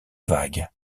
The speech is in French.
vagues